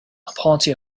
party